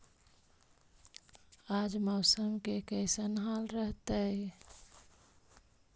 आज मौसम के कैसन हाल रहतइ?